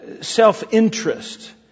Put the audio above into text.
self-interest